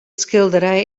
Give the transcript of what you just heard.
skilderij